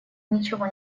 ничего